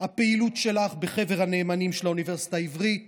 הפעילות שלך בחבר הנאמנים של האוניברסיטה העברית